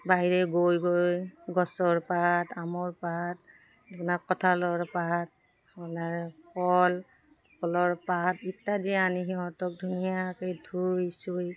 বাহিৰে গৈ গৈ গছৰ পাত আমৰ পাত আপোনাৰ কঁঠালৰ পাত আপোনাৰ ফল ফলৰ পাত ইত্যাদি আনি সিহঁতক ধুনীয়াকৈ ধুই চুই